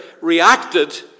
reacted